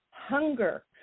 hunger